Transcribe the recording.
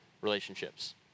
relationships